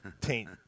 Taint